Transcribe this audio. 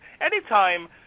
anytime